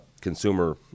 consumer